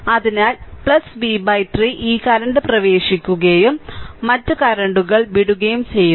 അതിനാൽ v 3 ഈ current പ്രവേശിക്കുകയും മറ്റ് കറന്റുകൾ വിടുകയും ചെയ്യുന്നു